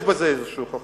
יש בזה איזושהי חוכמה,